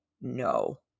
no